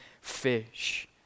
fish